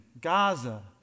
Gaza